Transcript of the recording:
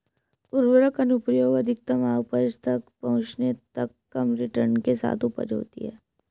उर्वरक अनुप्रयोग अधिकतम उपज तक पहुंचने तक कम रिटर्न के साथ उपज होती है